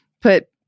put